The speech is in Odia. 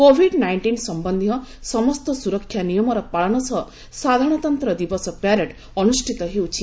କୋଭିଡ୍ ନାଇଣ୍ଟିନ୍ ସମ୍ୟନ୍ଧୀୟ ସମସ୍ତ ସୁରକ୍ଷା ନିୟମର ପାଳନ ସହ ସାଧାରଣତନ୍ତ୍ର ଦିବସ ପ୍ୟାରେଡ୍ ଅନୁଷ୍ଠିତ ହେଉଛି